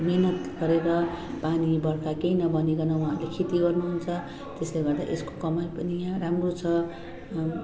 मिहिनेत गरेर पानी बर्खा केही नभनीकन उहाँले खेती गर्नुहुन्छ त्यसले गर्दा यसको कमाइ पनि यहाँ राम्रो छ